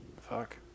Fuck